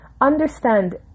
Understand